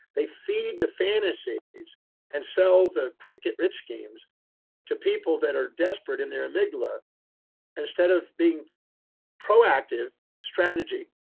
they feed the fantasies and sell the quick get rich games to people that are desperate in their amygdala instead of being proactive strategy,